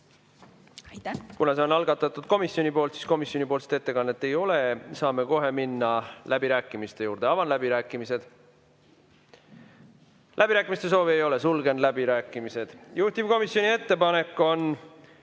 Kuna selle on algatanud komisjon, siis komisjoni ettekannet ei ole, saame kohe minna läbirääkimiste juurde. Avan läbirääkimised. Läbirääkimiste soovi ei ole, sulgen läbirääkimised. Juhtivkomisjoni ettepanek on